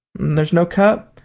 there's no cup?